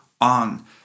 on